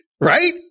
Right